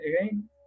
again